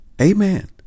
amen